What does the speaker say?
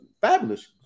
fabulous